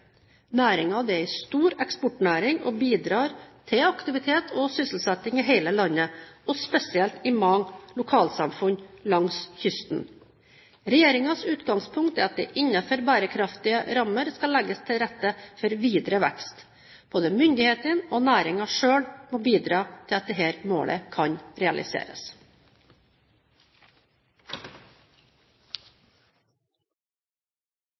er en stor eksportnæring, og bidrar til aktivitet og sysselsetting i hele landet, og spesielt i mange lokalsamfunn langs kysten. Regjeringens utgangspunkt er at det innenfor bærekraftige rammer skal legges til rette for videre vekst. Både myndighetene og næringen selv må bidra til at dette målet kan realiseres.